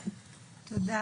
עכשיו,